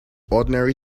ordinary